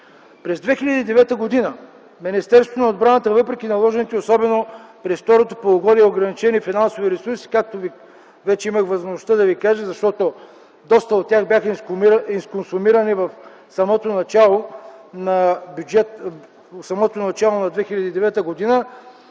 През 2009 г. Министерството на отбраната въпреки наложените, особено през второто полугодие, ограничени финансови ресурси, както вече имах възможността да ви кажа, доста от тях бяха изконсумирани в самото начало на 2009 г.